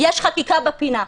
יש חקיקה בפינה.